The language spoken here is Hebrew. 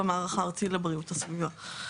במערך הארצי לבריאות הסביבה.